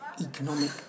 economic